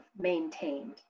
maintained